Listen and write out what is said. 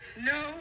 No